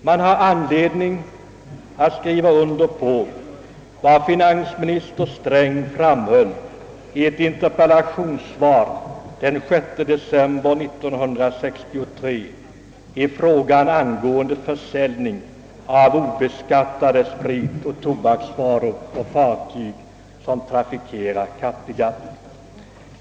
Man har anledning skriva under på vad finansminister Sträng framhöll i en interpellationsdebatt den 6 december 1963 rörande försäljning av obeskattade spritoch tobaksvaror på fartyg som trafikerar Kattegatt.